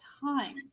time